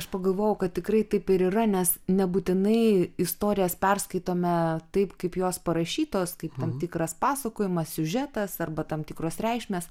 aš pagalvojau kad tikrai taip ir yra nes nebūtinai istorijas perskaitome taip kaip jos parašytos kaip tam tikras pasakojimas siužetas arba tam tikros reikšmės